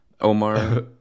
omar